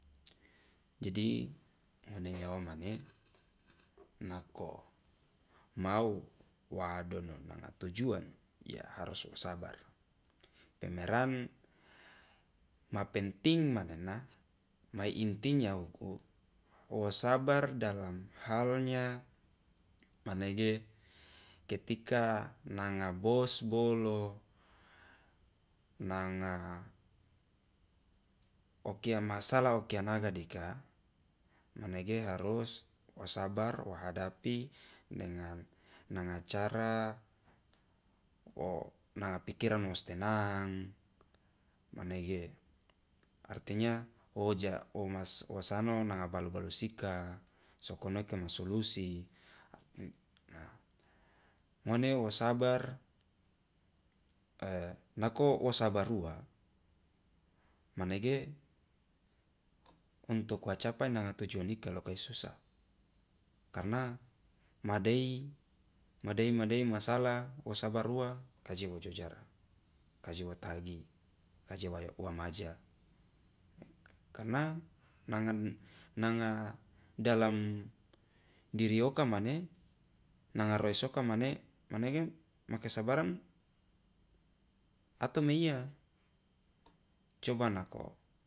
Jadi ngone nyawa mane nako mau wa adono nanga tujuan ya harus wo sabar, pemeran ma penting manena ma intinya uku wo sabar dalam halnya manege ketika nanga bos bolo, nanga o kia masalah o kia naga dika manege harus wo sabar wa hadapi dengan nanga cara nanga pikiran wo si tenang manege artinya wo ja wo mas- wo sano nanga balu balus ika, soko noke ma solusi ngone wo sabar nako wo sabar ua manege untuk wa capai nanga tujuan ika loka i susah, karena madei madei madei ma salah wo sabar ua ka je wo jojara, ka je wo tagi, ka je wa yo wa maja, karena nangan nanga dalam diri oka mane nanga roese oka mane manege ma kesabaran ato meiya coba nako